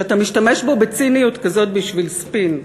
שאתה משתמש בו בציניות כזאת בשביל ספין,